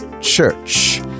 Church